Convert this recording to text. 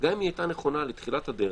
גם אם היא הייתה נכונה לתחילת הדרך,